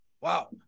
wow